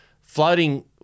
floating